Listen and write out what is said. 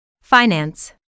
finance